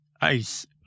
ICE